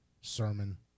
sermon